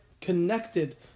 connected